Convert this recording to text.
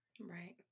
right